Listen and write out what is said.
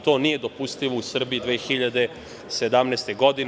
To nije dopustivo u Srbiji 2017. godine.